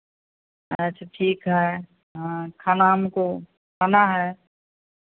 अच्छा ठीक है हाँ खाना हमको खाना है